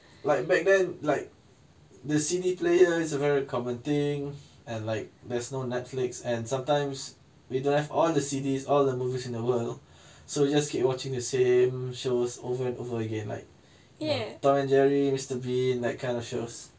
like back then like the C_D player is a very common thing and like there's no netflix and sometimes we don't have all the C_Ds all the movies in the world so just keep watching the same shows over and over again like tom and jerry mister bean that kind of shows